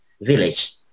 village